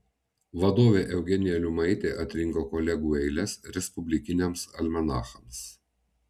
vadovė eugenija liumaitė atrinko kolegų eiles respublikiniams almanachams